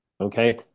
Okay